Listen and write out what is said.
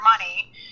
money